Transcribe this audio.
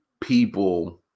people